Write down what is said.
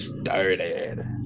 Started